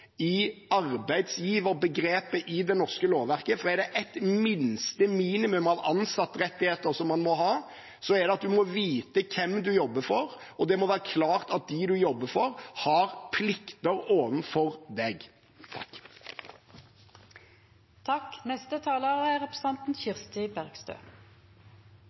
i arbeidsgiverbegrepet i det norske lovverket. Er det et minste minimum av ansatterettigheter man må ha, er det at man må vite hvem man jobber for, og det må være klart at dem man jobber for, har plikter